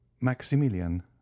maximilian